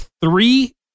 three